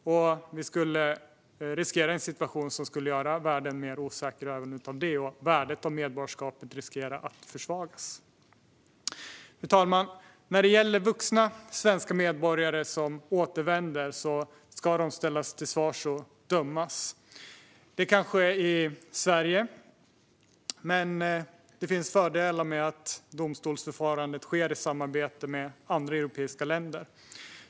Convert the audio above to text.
Även detta skulle göra att vi riskerade en situation som skulle göra världen mer osäker, och värdet av medborgarskapet skulle riskera att försvagas. Fru talman! Vuxna svenska medborgare som återvänder ska ställas till svars och dömas. Detta kan ske i Sverige, men det finns fördelar med att domstolsförfarandet sker i samarbete med andra europeiska länder.